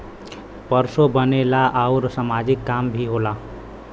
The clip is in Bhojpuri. पइसो बनेला आउर सामाजिक काम भी होला